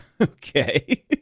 Okay